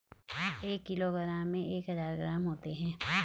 एक किलोग्राम में एक हजार ग्राम होते हैं